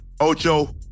Ocho